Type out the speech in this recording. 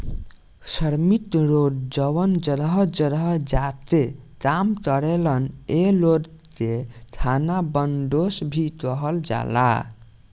श्रमिक लोग जवन जगह जगह जा के काम करेलन ए लोग के खानाबदोस भी कहल जाला